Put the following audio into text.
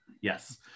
yes